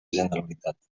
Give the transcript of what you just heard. generalitat